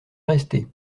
rester